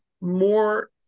more